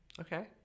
Okay